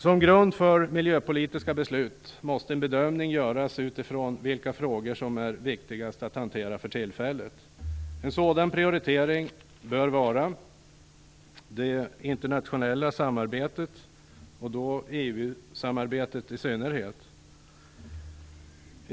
Som grund för miljöpolitiska beslut måste en bedömning göras av vilka frågor som är viktigast att hantera för tillfället. En sådan prioriterad fråga bör vara det internationella samarbetet, och då i synnerhet EU-samarbetet.